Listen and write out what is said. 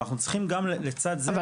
אבל אנחנו צריכים גם לצד זה --- אבל